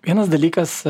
vienas dalykas